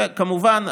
וכמובן,